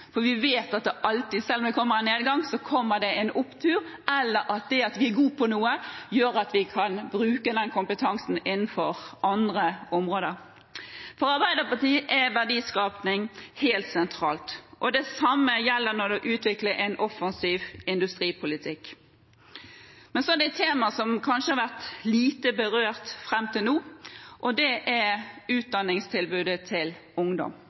usikkerhet. Vi vet at det alltid, selv om det kommer en nedgang, kommer en opptur, eller at det at vi er god på noe, gjør at vi kan bruke den kompetansen innenfor andre områder. For Arbeiderpartiet er verdiskaping helt sentralt, og det samme gjelder det å utvikle en offensiv industripolitikk. Men så er det et tema som kanskje har vært lite berørt fram til nå, og det er utdanningstilbudet til ungdom.